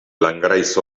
langraiz